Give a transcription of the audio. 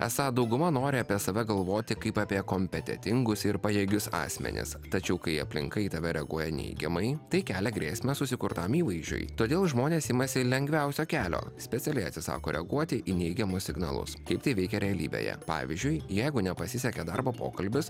esą dauguma nori apie save galvoti kaip apie kompetentingus ir pajėgius asmenis tačiau kai aplinka į tave reaguoja neigiamai tai kelia grėsmę susikurtam įvaizdžiui todėl žmonės imasi lengviausio kelio specialiai atsisako reaguoti į neigiamus signalus kaip tai veikia realybėje pavyzdžiui jeigu nepasisekė darbo pokalbius